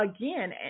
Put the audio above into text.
again